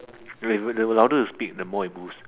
wait with with the louder you speak the more it boosts